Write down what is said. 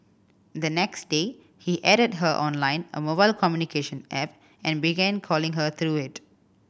the next day he added her on Line a mobile communication app and began calling her through it